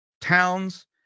towns